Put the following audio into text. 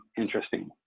interesting